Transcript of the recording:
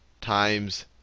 Times